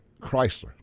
Chrysler